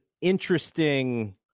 interesting